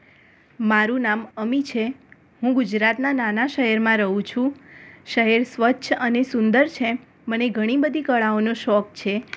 મારું નામ અમી છે હું ગુજરાતના નાના શહેરમાં રહું છું શહેર સ્વચ્છ અને સુંદર છે મને ઘણી બધી કળાઓનો શોખ છે